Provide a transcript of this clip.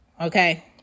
okay